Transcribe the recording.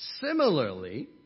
Similarly